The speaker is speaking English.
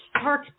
park